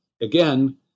again